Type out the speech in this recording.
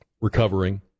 recovering